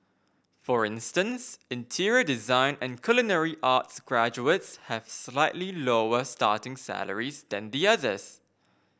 for instance interior design and culinary arts graduates have slightly lower starting salaries than the others